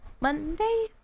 Monday